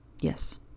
Yes